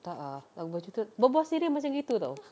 tak ah ah baju tu berbual seh dia macam gitu tahu